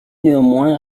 néanmoins